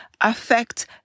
affect